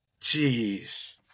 Jeez